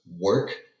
work